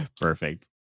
Perfect